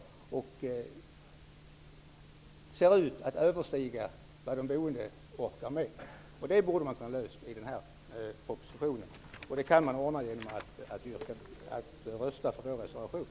Kostnaderna ser ut att komma att överstiga vad de boende orkar med. Dessa frågor borde ha kunnat lösas i den här propositionen. Men en lösning kan man uppnå genom att rösta på vår reservation.